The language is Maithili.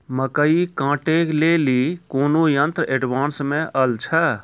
मकई कांटे ले ली कोनो यंत्र एडवांस मे अल छ?